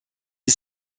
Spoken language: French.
est